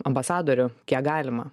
ambasadorių kiek galima